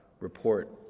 report